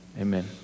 amen